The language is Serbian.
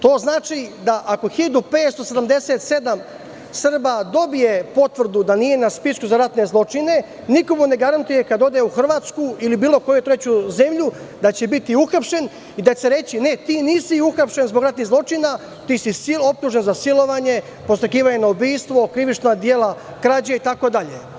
To znači da ako 1.577 Srba dobije potvrdu da nije na spisku za ratne zločine, niko mu ne garantuje kad ode u Hrvatsku, ili bilo koju treću zemlju, da će biti uhapšen i da će mu se reći – ne, ti nisi uhapšen zbog ratnih zločina, ti si optužen za silovanje, podstrekivanje na ubistvo, krivična dela krađe itd.